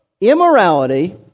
immorality